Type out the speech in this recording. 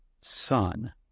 son